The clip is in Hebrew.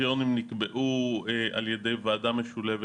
הקריטריונים נקבעו על ידי ועדה משולבת